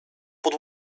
pod